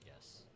Yes